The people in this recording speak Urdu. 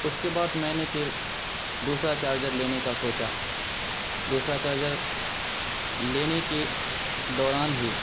اس کے بعد میں نے پھر دوسرا چارجر لینے کا سوچا دوسرا چارجر لینے کے دوران ہی